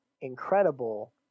incredible